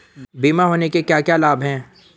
बीमा होने के क्या क्या लाभ हैं?